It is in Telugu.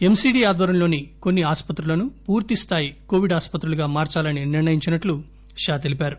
ఎమ్సిడి ఆధ్వర్యంలోని కొన్ని ఆసుపత్రులను పూర్తిస్థాయి కొవిడ్ ఆసుపత్రులుగా మార్చాలని నిర్ణయించినట్లు షా తెలిపారు